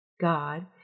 God